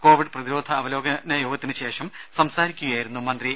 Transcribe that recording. Covid പ്രതിരോധ അവലോകന യോഗത്തിന് ശേഷം സംസാരിക്കുകയായിരുന്നു അദ്ദേഹം